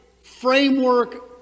framework